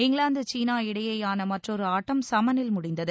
England China இடையேயான மற்றொரு ஆட்டம் சமனில் முடிந்தது